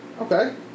Okay